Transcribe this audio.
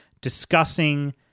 discussing